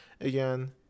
again